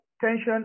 tension